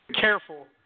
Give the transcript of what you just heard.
Careful